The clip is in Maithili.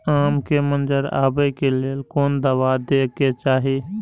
आम के मंजर आबे के लेल कोन दवा दे के चाही?